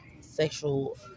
sexual